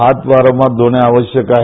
हाथ वारंवार ध्णे आवश्यक आहे